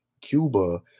Cuba